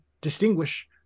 distinguish